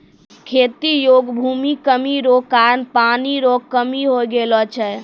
खेती योग्य भूमि कमी रो कारण पानी रो कमी हो गेलौ छै